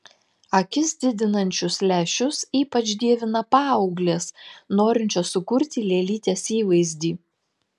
akis didinančius lęšius ypač dievina paauglės norinčios sukurti lėlytės įvaizdį